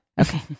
Okay